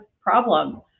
problem